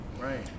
Right